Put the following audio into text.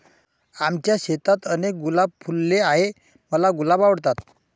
आमच्या शेतात अनेक गुलाब फुलले आहे, मला गुलाब आवडतात